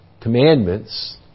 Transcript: commandments